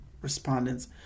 respondents